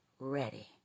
ready